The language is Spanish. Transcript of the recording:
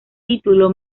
título